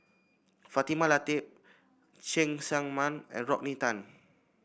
Fatimah Lateef Cheng Tsang Man and Rodney Tan